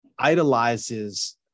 idolizes